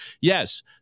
Yes